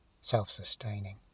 self-sustaining